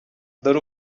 dore